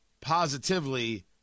positively